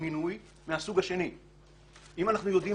--- על הרכיב הזה, אגב, אנחנו מסכימים.